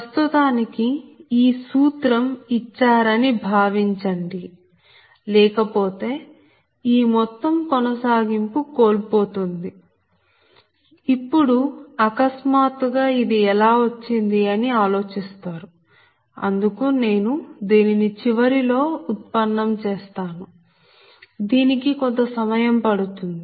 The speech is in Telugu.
ప్రస్తుతాని కి ఈ సూత్రం ఇచ్చారని భావించండి లేక పోతే ఈ మొత్తం కొనసాగింపు కోల్పోతుంది అప్పుడు అకస్మాత్తుగా ఇది ఎలా వచ్చింది అని ఆలోచిస్తారు అందుకు నేను దీనిని చివరిలో ఉత్పన్నం చేస్తాను దీనికి కొంత సమయం పడుతుంది